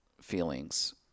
feelings